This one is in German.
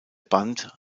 band